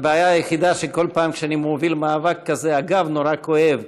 הבעיה היחידה היא שבכל פעם שאני מוביל מאבק כזה הגב נורא כואב,